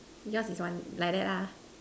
yours is one like that lah